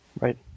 Right